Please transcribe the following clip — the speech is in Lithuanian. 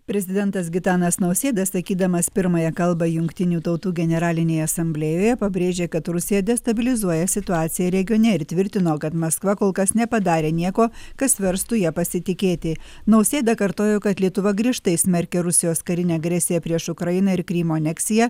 prezidentas gitanas nausėda sakydamas pirmąją kalbą jungtinių tautų generalinėje asamblėjoje pabrėžė kad rusija destabilizuoja situaciją regione ir tvirtino kad maskva kol kas nepadarė nieko kas verstų ja pasitikėti nausėda kartojo kad lietuva griežtai smerkia rusijos karinę agresiją prieš ukrainą ir krymo aneksiją